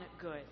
good